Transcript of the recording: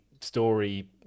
story